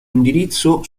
indirizzo